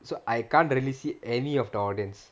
so I can't really see any of the audience